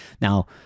Now